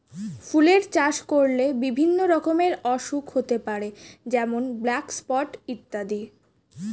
ফুলের চাষ করলে বিভিন্ন রকমের অসুখ হতে পারে যেমন ব্ল্যাক স্পট ইত্যাদি